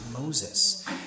Moses